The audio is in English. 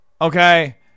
Okay